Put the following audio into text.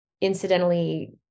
incidentally